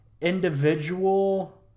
individual